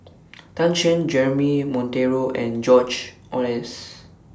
Tan Shen Jeremy Monteiro and George Oehlers